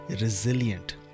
resilient